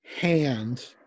hand